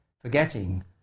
forgetting